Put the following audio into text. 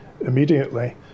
immediately